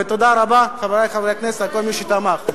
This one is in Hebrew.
ותודה רבה, חברי הכנסת, לכל מי שתמך.